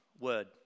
word